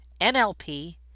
NLP